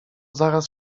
zaraz